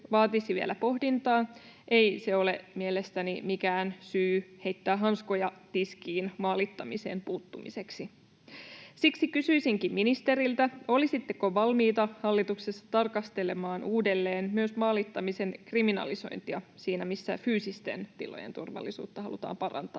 vaatisi vielä pohdintaa, ei se ole mielestäni mikään syy heittää hanskoja tiskiin maalittamiseen puuttumiseksi. Siksi kysyisinkin ministeriltä, olisitteko valmiita hallituksessa tarkastelemaan uudelleen maalittamisen kriminalisointia siinä missä fyysistenkin tilojen turvallisuutta halutaan parantaa.